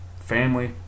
family